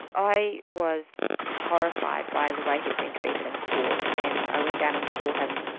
i was horrified by the way he had been treated in court, and i went down and saw him,